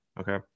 Okay